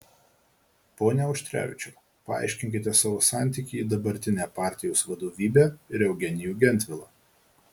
pone auštrevičiau paaiškinkite savo santykį į dabartinę partijos vadovybę ir eugenijų gentvilą